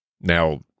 Now